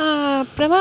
அப்புறமா